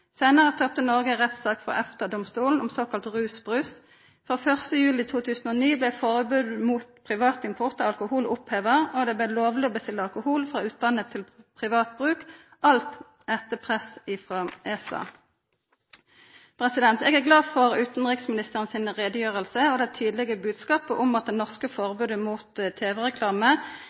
Seinare tapte Noreg ei rettssak for EFTA-domstolen om såkalla rusbrus. Frå 1. juli 2009 blei forbodet mot privatimport av alkohol oppheva, og det blei lovleg å bestilla alkohol frå utlandet til privat bruk – alt etter press frå ESA. Eg er glad for utanriksministerens utgreiing og den tydelege bodskapen om at det norske forbodet mot